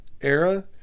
era